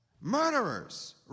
murderers